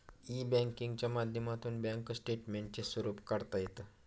E बँकिंगच्या माध्यमातून bank स्टेटमेंटचे स्वरूप काढता येतं